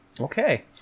Okay